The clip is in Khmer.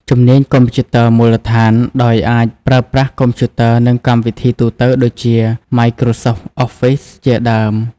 ជំនាញកុំព្យូទ័រមូលដ្ឋាន ដោយអាចប្រើប្រាស់កុំព្យូទ័រ និងកម្មវិធីទូទៅ ដូចជា Microsoft Office ជាដើម។